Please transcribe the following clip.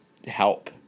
help